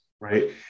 right